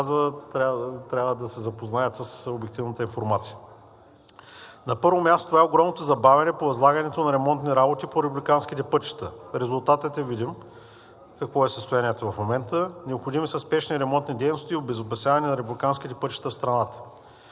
трябва да се запознаят с обективната информация. На първо място, това е огромното забавяне по възлагането на ремонтни работи по републиканските пътища. Резултатът е видим какво е състоянието в момента. Необходими са спешни ремонтни дейности и обезопасяване на републиканските пътища в страната.